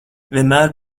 vienmēr